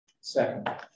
Second